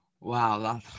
Wow